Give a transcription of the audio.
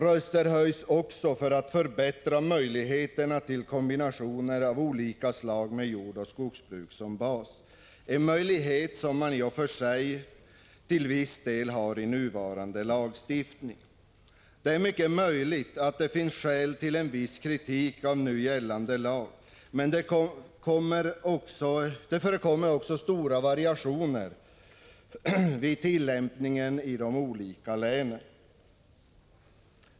Röster höjs också för att förbättra möjligheterna till kombinationer av olika slag med jordoch skogsbruk som bas — en möjlighet som i och för sig redan till viss del finns enligt den nuvarande lagstiftningen. Det är mycket möjligt att det finns skäl till en viss kritik av nu gällande lag, men det förekommer också stora variationer vid tillämpningen i de olika länen.